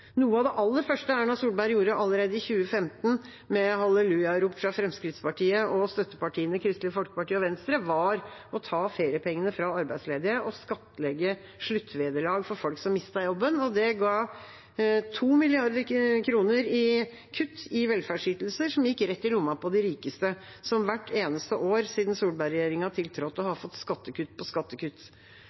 Noe av det aller første Erna Solberg gjorde, allerede i 2015, med hallelujarop fra Fremskrittspartiet og støttepartiene Kristelig Folkeparti og Venstre, var å ta feriepengene fra arbeidsledige og skattlegge sluttvederlag for folk som mistet jobben. Det ga 2 mrd. kr i kutt i velferdsytelser som gikk rett i lomma på de rikeste, som hvert eneste år siden Solberg-regjeringa tiltrådte, har fått skattekutt på skattekutt.